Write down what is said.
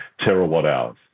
terawatt-hours